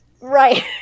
Right